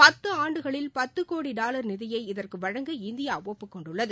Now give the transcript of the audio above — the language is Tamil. பத்து ஆண்டுகளில் பத்து கோடி டாவர் நிதியை இதற்கு வழங்க இந்தியா ஒப்புக் கொண்டுள்ளது